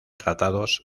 tratados